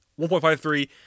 1.53